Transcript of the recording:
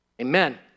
Amen